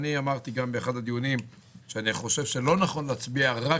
אמרתי באחד הדיונים שאני חושב שלא נכון להצביע רק